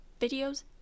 videos